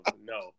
no